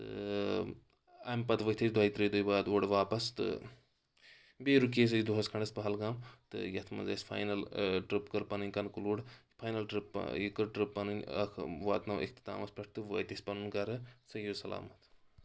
تہٕ امہٕ پتہٕ ؤتھۍ اسۍ دۄیہِ ترٛیہِ دُہۍ بعد اورٕ واپس تہٕ بیٚیہِ رُکے أسۍ دۄہس کھنٛڈس پہلگام تہٕ یتھ منٛز اسہِ فاینل ٹرٕپ کٔر پںٕنۍ کنکٕلوٗڑ فاینل ٹرٕپ یہِ کٔر ٹرٕپ پنٕنۍ اکھ واتنٲوۍ اختتامس پٮ۪ٹھ تہٕ وٲتۍ أسۍ پنُن گرٕ صحیح سلامت